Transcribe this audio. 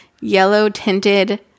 yellow-tinted